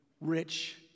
rich